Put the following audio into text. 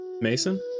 Mason